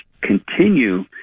continue